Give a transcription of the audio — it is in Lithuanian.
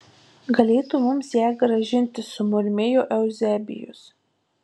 galėtų mums ją grąžinti sumurmėjo euzebijus